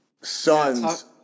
sons